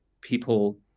people